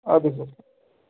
اَدٕ حظ